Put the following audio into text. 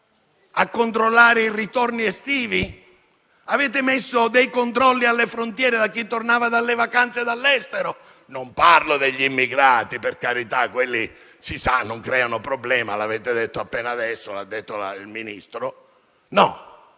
a controllare i ritorni estivi? Avete messo dei controlli alle frontiere per chi tornava dalle vacanze dall'estero? Non parlo degli immigrati, per carità; quelli, si sa, non creano problema: l'avete detto appena adesso, l'ha detto il Ministro. No,